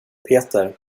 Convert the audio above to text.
peter